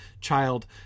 child